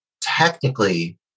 technically